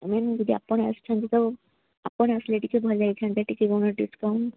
ma'am ଯଦି ଆପଣ ଆସୁଛନ୍ତି ତ ଆପଣ ଆସିଲେ ଟିକେ ଭଲ ହୋଇଥାନ୍ତା ଟିକେ କ'ଣ ଡ଼ିସ୍କାଉଣ୍ଟ